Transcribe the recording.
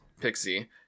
pixie